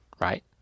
Right